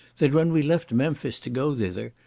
that when we left memphis to go thither,